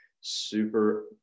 super